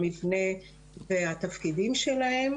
המבנה והתפקידים שלהם.